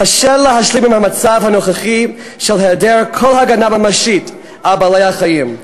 קשה להשלים עם המצב הנוכחי של היעדר כל הגנה ממשית על בעלי-החיים.